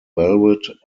velvet